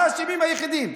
האשמים היחידים,